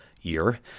year